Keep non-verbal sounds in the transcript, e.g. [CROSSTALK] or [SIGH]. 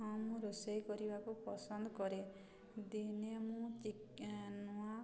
ହଁ ମୁଁ ରୋଷେଇ କରିବାକୁ ପସନ୍ଦ କରେ ଦିନେ ମୁଁ [UNINTELLIGIBLE] ନୂଆ